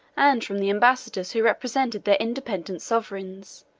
and from the ambassadors who represented their independent sovereigns,